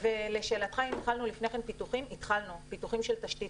לשאלה אם התחלנו קודם פיתוחים התחלנו פיתוחים של תשתית